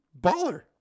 Baller